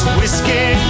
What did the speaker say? whiskey